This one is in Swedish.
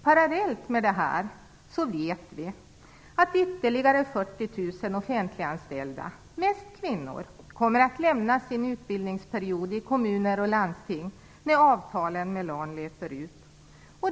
Parallellt med detta vet vi att ytterligare 40 000 offentliganställda, mest kvinnor, kommer att lämna sin utbildningsperiod i kommuner och landsting när avtalen med Lan löper ut.